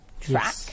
track